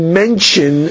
mention